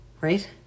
Right